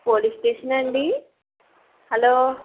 police స్టేషనా అండి hello